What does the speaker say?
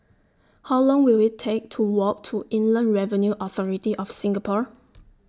How Long Will IT Take to Walk to Inland Revenue Authority of Singapore